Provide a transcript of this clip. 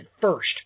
first